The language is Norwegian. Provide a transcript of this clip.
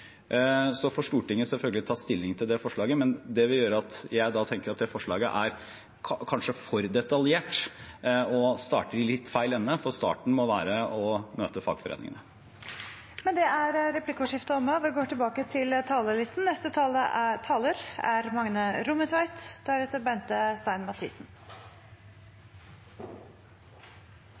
Så får Stortinget selvfølgelig ta stilling til det nevnte forslaget, men det vil gjøre at jeg tenker at det forslaget kanskje er for detaljert og starter i litt feil ende, for starten må være å møte fagforeningene. Med det er replikkordskiftet omme.